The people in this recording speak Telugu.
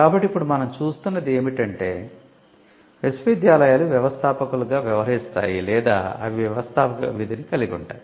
కాబట్టి ఇప్పుడు మనం చూస్తున్నది ఏమిటంటే విశ్వవిద్యాలయాలు వ్యవస్థాపకులుగా వ్యవహరిస్తాయి లేదా అవి 'వ్యవస్థాపక విధి'ని కలిగి ఉంటాయి